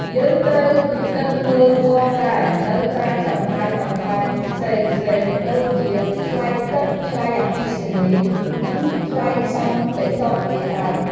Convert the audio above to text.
យើងត្រូវពិនិត្យមើលផងដែរនូវការចំណាយបន្ថែមផ្សេងៗ ដូចជាថ្លៃទឹក ថ្លៃអគ្គិសនី និងថ្លៃសន្តិសុខជាដើម។